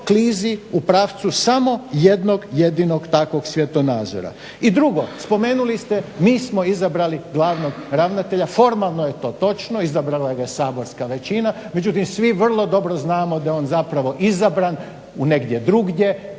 u pravcu samo jednog jedinog takvog svjetonazora. I drugo, spomenuli ste mi smo izabrali glavnog ravnatelja. Formalno je to točno, izabrala ga je saborska većina, međutim svi vrlo dobro znamo da je on zapravo izabran negdje drugdje,